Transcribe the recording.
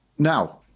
now